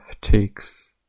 takes